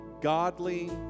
godly